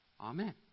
Amen